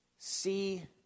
see